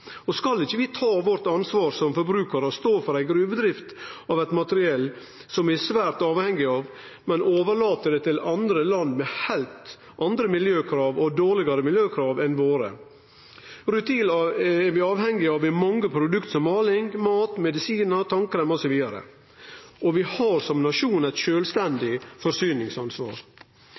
Skal ikkje vi ta vårt ansvar som forbrukarar og stå for ei gruvedrift av materiale som vi er svært avhengige av, men overlate det til andre land med heilt andre og dårlegare miljøkrav enn våre? Rutil er vi avhengige av i mange produkt, som måling, mat, medisinar, tannkrem osv., og vi har som nasjon eit sjølvstendig forsyningsansvar.